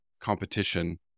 competition